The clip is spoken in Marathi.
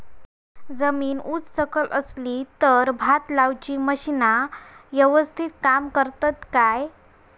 जमीन उच सकल असली तर भात लाऊची मशीना यवस्तीत काम करतत काय?